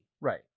Right